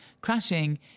Crashing